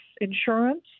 insurance